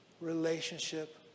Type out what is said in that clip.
relationship